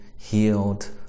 healed